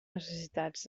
necessitats